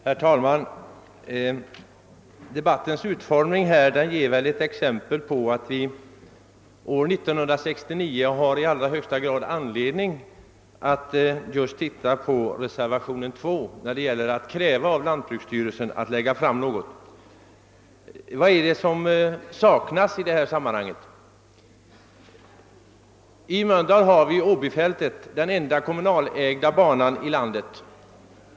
Herr talman! Debattens utformning är väl ett exempel på att vi år 1969 i allra högsta grad har anledning att observera vad som står i reservationen 2 om krav på lantbruksstyrelsen att lägga fram förslag. Vad är det som saknas i detta sammanhang? I Mölndal finns Åbyfältet, den enda kommunalägda banan i landet.